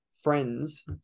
friends